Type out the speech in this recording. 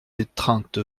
étreinte